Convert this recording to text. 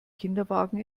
kinderwagen